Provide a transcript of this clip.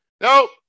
nope